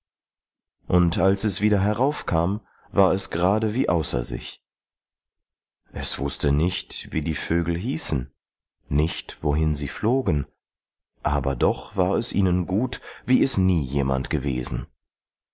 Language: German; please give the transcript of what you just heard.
und als es wieder heraufkam war es gerade wie außer sich es wußte nicht wie die vögel hießen nicht wohin sie flogen aber doch war es ihnen gut wie es nie jemand gewesen